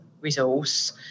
resource